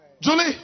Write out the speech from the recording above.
Julie